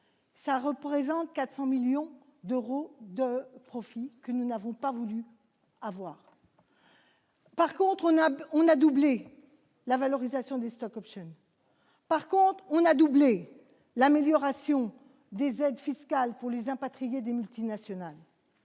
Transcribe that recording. hauteur de 400 millions d'euros, des recettes que nous n'avons pas voulu avoir. En revanche, on a doublé la valorisation des stock-options, et on a doublé l'amélioration des aides fiscales pour les impatriés des multinationales.